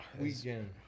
weekend